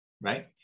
right